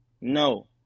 No